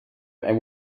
and